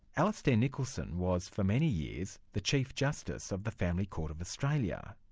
alastair nicholson was for many years the chief justice of the family court of australia.